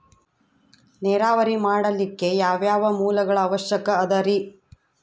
ನೇರಾವರಿ ಮಾಡಲಿಕ್ಕೆ ಯಾವ್ಯಾವ ಮೂಲಗಳ ಅವಶ್ಯಕ ಅದರಿ?